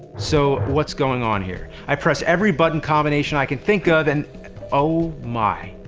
so what's going on here? i press every button combination i can think of and oh my.